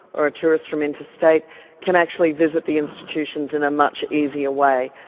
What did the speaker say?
or a tourist from interstate can actually visit the institutions in a much easier way.